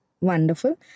Wonderful